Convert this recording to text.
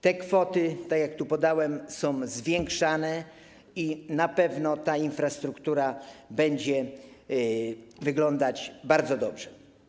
Te kwoty, tak jak tu podałem, są zwiększane i na pewno ta infrastruktura będzie wyglądać bardzo dobrze.